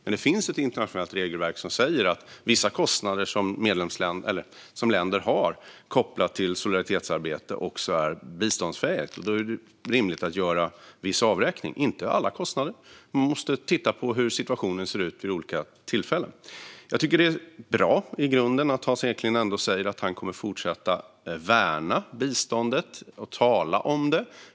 Men det finns ett internationellt regelverk som säger att vissa kostnader som länder har kopplat till solidaritetsarbete också är biståndsfähigt, och då är det ju rimligt att göra viss avräkning. Inte av alla kostnader; man måste titta på hur situationen ser ut vid olika tillfällen. Jag tycker i grunden att det är bra att Hans Eklind ändå säger att han kommer att fortsätta att värna biståndet och tala om det.